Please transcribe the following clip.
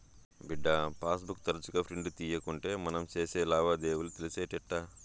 బిడ్డా, pass book తరచుగా print తీయకుంటే మనం సేసే లావాదేవీలు తెలిసేటెట్టా